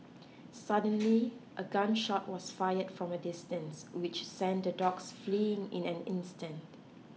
suddenly a gun shot was fired from a distance which sent the dogs fleeing in an instant